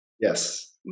Yes